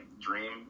dream